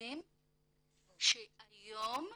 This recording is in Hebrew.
ילדים שהיום,